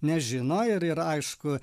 nežino ir yra aišku